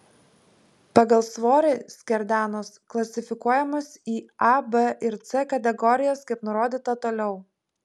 pagal svorį skerdenos klasifikuojamos į a b ir c kategorijas kaip nurodyta toliau